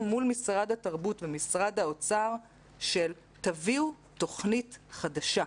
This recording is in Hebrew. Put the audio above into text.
מול משרד התרבות ומשרד האוצר של תביאו תוכנית חדשה.